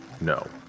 No